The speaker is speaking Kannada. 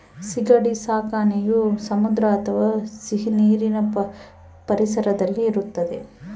ಸೀಗಡಿ ಸಾಕಣೆಯು ಸಮುದ್ರ ಅಥವಾ ಸಿಹಿನೀರಿನ ಪರಿಸರದಲ್ಲಿ ಇರುತ್ತದೆ